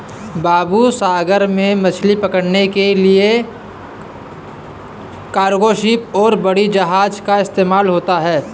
बाबू सागर में मछली पकड़ने के लिए कार्गो शिप और बड़ी जहाज़ का इस्तेमाल होता है